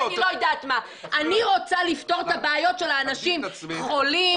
אני רוצה לפתור את הבעיות של אנשים חולים,